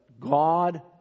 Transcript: God